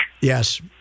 Yes